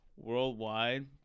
Worldwide